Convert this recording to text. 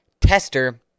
tester